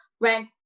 rent